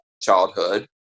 childhood